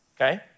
okay